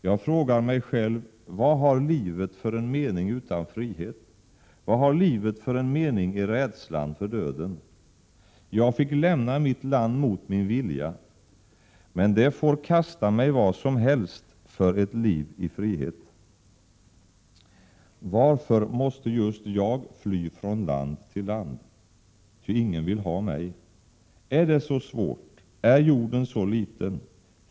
Jag frågar mig själv: Vad har livet för en mening utan frihet, vad har livet för en mening i rädslan för döden? Jag fick lämna mitt land mot min vilja, men det får kosta mig vad som helst för ett liv i frihet. Varför måste just jag fly från land till land ty ingen vill ha mig? Är det så svårt? Är jorden så liten?